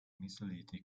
mesolithic